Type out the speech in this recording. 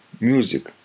music